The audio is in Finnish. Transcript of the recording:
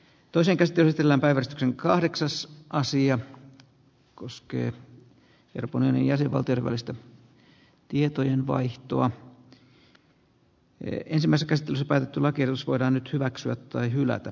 toisen testin etelän päivystyksen kahdeksassa asia koskee roponen ja sir walter välistä ensimmäisessä käsittelyssä päätetty lakiehdotus voidaan nyt hyväksyä tai hylätä